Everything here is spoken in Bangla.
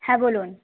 হ্যাঁ বলুন